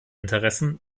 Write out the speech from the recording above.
interessen